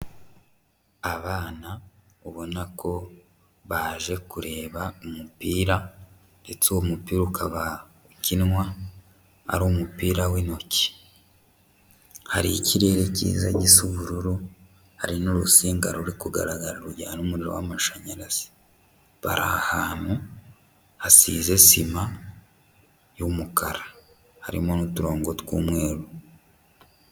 Abana ubona ko baje kureba umupira ndetse uwo mupira ukaba ukinwa, ari umupira w'intoki hari ikirere cyiza gisa ubururu hari n'urusinga ruri kugaragara rujyana umuriro w'amashanyarazi. Bari ahantu hasize sima y'umukara harimo n'uturongo tw'umweru.